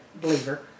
believer